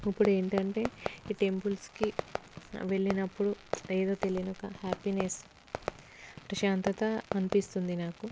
ఇప్పుడు ఏంటంటే ఈ టెంపుల్స్కి వెళ్ళినప్పుడు ఏదో తెలియని ఒక హ్యాపీనెస్ ప్రశాంతత అనిపిస్తుంది నాకు